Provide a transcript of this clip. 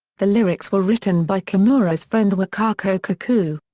the lyrics were written by kimura's friend wakako kaku.